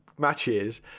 Matches